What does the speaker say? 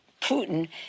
Putin